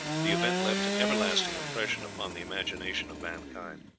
the event left an everlasting impression upon the imagination of mankind.